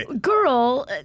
Girl